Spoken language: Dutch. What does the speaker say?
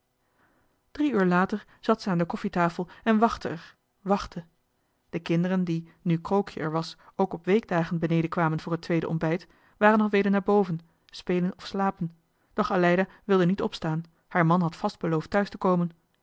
drie uur later zat zij aan de koffietafel en wachtte er wachtte de kinderen die nu krookje er was ook op weekdagen beneden kwamen voor het tweede ontbijt waren al weder naar boven spelen of slapen doch aleida wilde niet opstaan haar man had vast beloofd thuis te komen